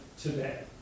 today